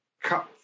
cut